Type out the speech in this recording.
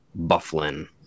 Bufflin